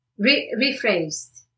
rephrased